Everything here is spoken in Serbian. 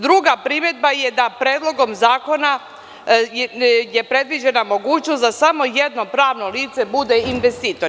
Druga primedba je da Predlogom zakona je predviđena mogućnost da samo jedno pravno lice bude investitor.